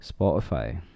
Spotify